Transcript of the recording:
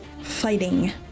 fighting